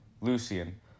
Lucian